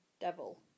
devil